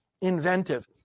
inventive